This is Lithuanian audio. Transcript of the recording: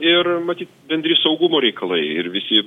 ir matyt bendri saugumo reikalai ir visi